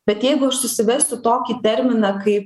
bet jeigu aš susivesiu tokį terminą kaip